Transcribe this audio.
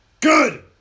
good